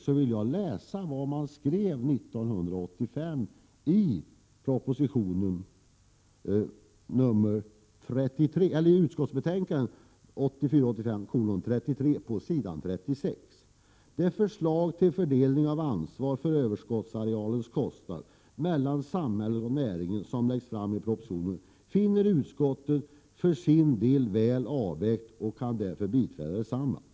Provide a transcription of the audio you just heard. Jag vill läsa upp vad man skrev 1985 i betänkandet 1984/85:33 s. 36: ”Det förslag till fördelning av ansvaret för överskottsarealens kostnader mellan samhället och näringen som läggs fram i propositionen finner utskottet för sin del väl avvägt och kan därför biträda detsamma. Andelen för Prot.